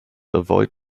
avoid